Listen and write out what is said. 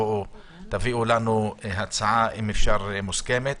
תביאו לנו הצעה מוסכמת,